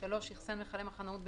איחסן מכלי מחנאות,